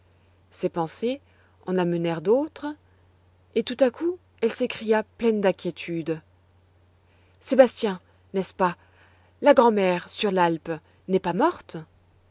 ces pensées en amenèrent d'autres et tout à coup elle s'écria pleine d'inquiétude sébastien n'est-ce pas la grand'mère sur l'alpe n'est pas morte